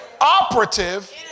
operative